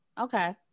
okay